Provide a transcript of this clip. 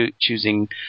choosing